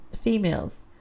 females